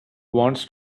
wants